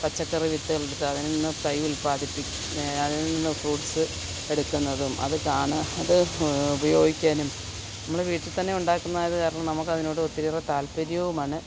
പച്ചക്കറി വിത്ത് ഉത്പാദനം തൈ ഉത്പാദിപ്പി അതിൽ നിന്നും ഫ്രൂട്സ് എടുക്കുന്നതും അത് കാണാ അത് ഉപയോഗിക്കാനും നമ്മള് വീട്ടില്ത്തന്നെ ഉണ്ടാക്കുന്നത് കാരണം നമുക്ക് അതിനോട് ഒത്തിരിയേറെ താല്പര്യവുമാണ്